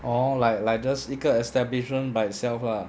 orh like like just 一个 establishment by itself lah